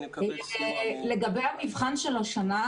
לגבי המבחן של השנה,